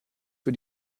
für